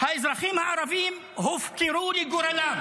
האזרחים הערבים הופקרו לגורלם.